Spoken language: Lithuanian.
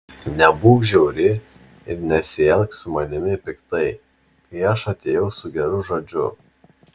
nebūk žiauri ir nesielk su manimi piktai kai aš atėjau su geru žodžiu